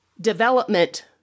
development